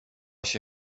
się